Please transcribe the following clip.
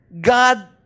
God